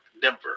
Denver